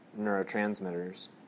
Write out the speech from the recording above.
neurotransmitters